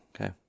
Okay